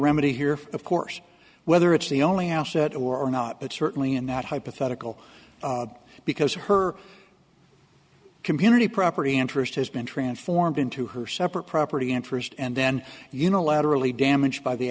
remedy here of course whether it's the only asset or not but certainly in that hypothetical because her community property interest has been transformed into her separate property interest and then unilaterally damaged by the